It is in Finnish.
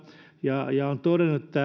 ja on todennut